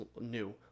new